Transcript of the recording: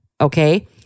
okay